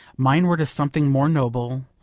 mine were to something more noble,